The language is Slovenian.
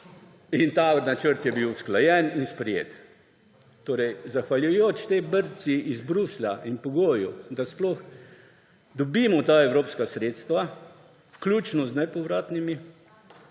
in ta načrt je bil usklajen in sprejet. Zahvaljujoč tej brci iz Bruslja in pogoju, da sploh dobimo ta evropska sredstva, vključno z nepovratnimi,